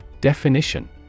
Definition